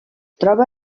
troba